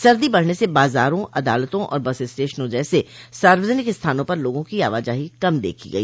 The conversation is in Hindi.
सर्दी बढ़ने से बाजारों अदालतों और बस स्टेशनों जैसे सार्वजनिक स्थानों पर लोगों की आवाजाही कम देखी गई